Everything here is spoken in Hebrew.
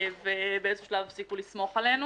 ובאיזשהו שלב הפסיקו לסמוך עלינו.